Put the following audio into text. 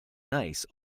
nice